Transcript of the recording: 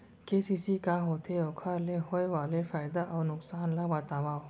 KCC का होथे, ओखर ले होय वाले फायदा अऊ नुकसान ला बतावव?